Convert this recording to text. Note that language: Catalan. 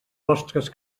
vostres